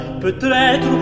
peut-être